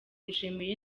yishimira